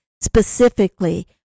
specifically